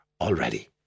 already